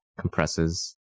compresses